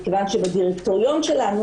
כיוון שבדירקטוריון שלנו,